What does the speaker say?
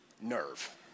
nerve